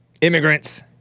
immigrants